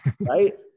right